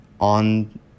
on